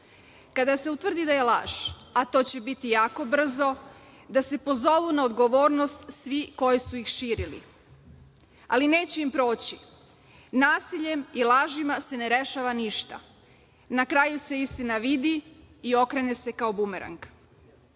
Kada se utvrdi da je laž, a to će biti jako brzo, da se pozovu na odgovornost svi koji su ih širili, ali neće im proći. Nasiljem i lažima se ne rešava ništa. Na kraju se istina vidi i okrene se kao